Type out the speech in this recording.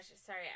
sorry